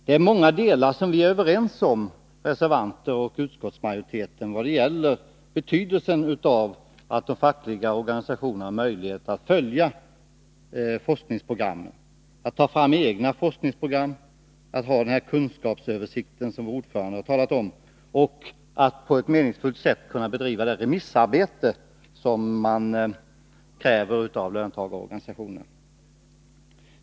Reservanter och utskottsmajoritet är överens på många punkter när det gäller betydelsen av att de fackliga organisationerna har möjlighet att följa forskningsprogrammen, att ta fram egna program, att få den kunskapsöversikt som utskottets ordförande talade om och att på ett meningsfullt sätt bedriva det remissarbete som krävs av dem.